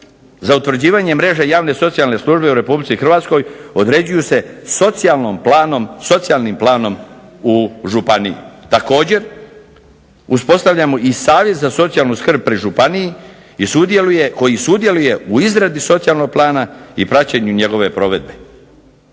za utvrđivanje mreže javne socijalne službe u RH određuju se socijalnim planom u županiji. Također, uspostavljamo i Savjet za socijalnu skrb pri županiji koji sudjeluje u izradi socijalnog plana i praćenju njegove provedbe.